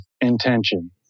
intention